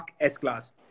S-Class